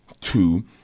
two